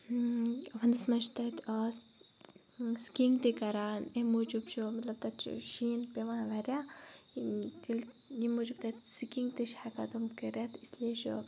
وَنٛدَس مَنٛز چھِ تَتہِ آز سِکیٖنٛگ تہِ کَران امہ موٗجُب چھُ مَطلَب تَتہِ چھُ شیٖن پیٚوان واریاہ ییٚلہِ ییٚمہ موٗجُب تَِتہِ سِکِنٛگ تہِ چھِ ہیٚکان تِم کٔرِتھ اِسلیے چھُ